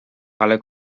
ale